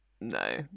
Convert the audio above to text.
no